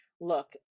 look